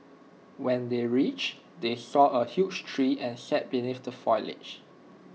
when they reached they saw A huge tree and sat beneath the foliage